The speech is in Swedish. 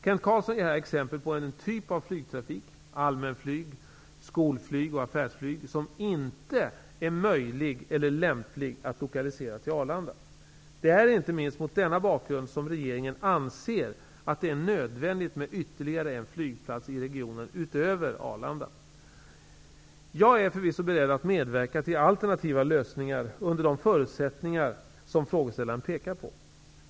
Kent Carlsson ger här exempel på den typ av flygtrafik, allmänflyg, skolflyg och affärsflyg, som inte är möjlig eller lämplig att lokalisera till Arlanda. Det är inte minst mot denna bakgrund som regeringen anser att det är nödvändigt med ytterligare en flygplats i regionen utöver Arlanda. Jag är förvisso beredd att medverka till alternativa lösningar under de förutsättningar som frågeställaren pekar på.